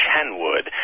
Kenwood